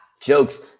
Jokes